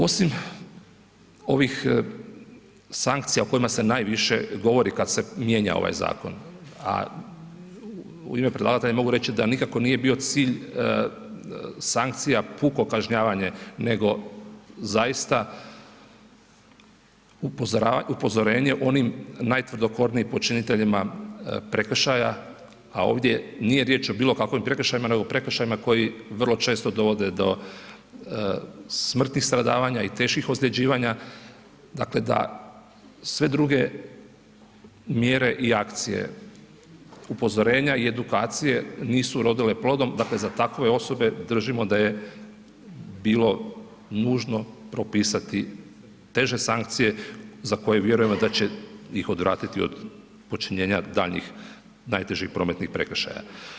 Osim ovih sankcija o kojima se najviše govori kad se mijenja ovaj zakon, a u ime predlagatelja mogu reći da nikako nije bio cilj sankcija puko kažnjavanje, nego zaista upozorenje onim najtvrdokornijim počiniteljima prekršaja, a ovdje nije riječ o bilo kakvim prekršajima nego prekršajima koji vrlo često dovode do smrti, stradavanja i teških ozljeđivanja, dakle da sve druge mjere i akcije, upozorenja i edukacije nisu urodile plodom, dakle za takve osobe držimo da je bilo nužno propisati teže sankcije za koje vjerujemo da će ih odvratiti od počinjenja daljnjih najtežih prometnih prekršaja.